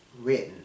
written